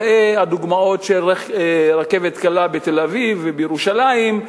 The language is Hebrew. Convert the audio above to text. ראה הדוגמאות של הרכבת הקלה בתל-אביב ובירושלים,